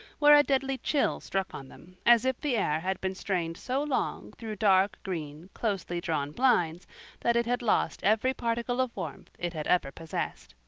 where a deadly chill struck on them as if the air had been strained so long through dark green, closely drawn blinds that it had lost every particle of warmth it had ever possessed.